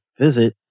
Visit